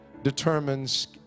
determines